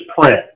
print